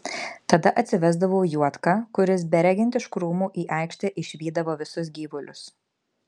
tada atsivesdavau juodką kuris beregint iš krūmų į aikštę išvydavo visus gyvulius